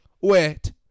wait